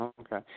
Okay